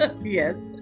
Yes